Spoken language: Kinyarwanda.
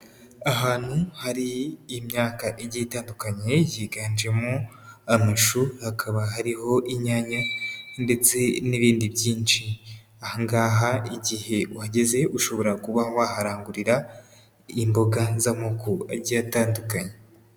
Ahantu hari imyaka igiye itandukanye yiganjemo amashu, hakaba hariho inyanya ndetse n'ibindi byinshi, aha ngaha igihe uhageze ushobora kuba waharangurira imboga z'amako agiye atandukanye.